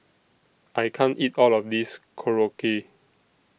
I can't eat All of This Korokke